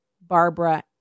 Barbara